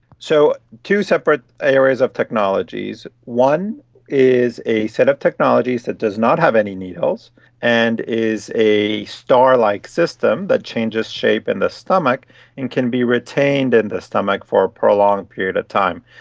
so two separate areas of technologies. one is a set of technologies that does not have any needles and is a star-like system that changes shape in the stomach and can be retained in the stomach for a prolonged period of time,